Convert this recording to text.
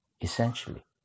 Essentially